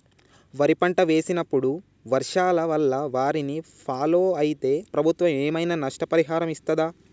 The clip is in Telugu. వరి పంట వేసినప్పుడు వర్షాల వల్ల వారిని ఫాలో అయితే ప్రభుత్వం ఏమైనా నష్టపరిహారం ఇస్తదా?